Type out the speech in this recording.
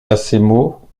frissonnèrent